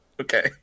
Okay